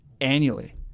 annually